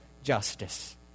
justice